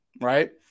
right